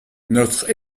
notre